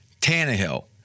Tannehill